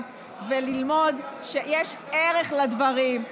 וללמוד שיש ערך לדברים,